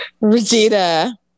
Regina